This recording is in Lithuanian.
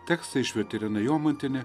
tekstą išvertė irena jomantienė